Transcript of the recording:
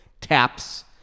Taps